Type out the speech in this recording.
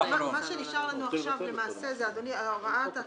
אדוני, למעשה מה שנשאר לנו עכשיו זה הוראת התחילה